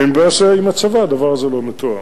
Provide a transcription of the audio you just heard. והתברר שעם הצבא הדבר הזה לא מתואם.